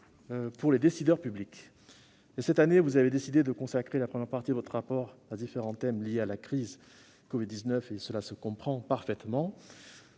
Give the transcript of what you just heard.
pour les décideurs publics. Cette année, vous avez décidé de consacrer la première partie de votre rapport à différents thèmes liés à la crise du covid-19 ; cela se comprend parfaitement.